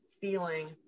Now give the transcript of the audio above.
feeling